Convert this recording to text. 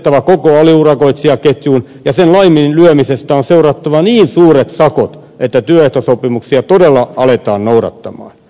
tilaajavastuu on ulotettava koko aliurakoitsijaketjuun ja sen laiminlyömisestä on seurattava niin suuret sakot että työehtosopimuksia todella aletaan noudattaa